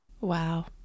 Wow